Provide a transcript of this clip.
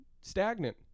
stagnant